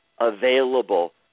available